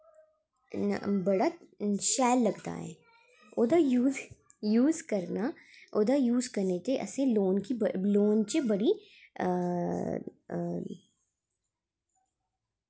बड़ा शैल लगदा ऐ ओह्दा यूस यूस करना ओह्दे यूस कन्नै ते असें गी लोन च बड़ी